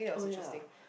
oh ya